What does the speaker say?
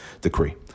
decree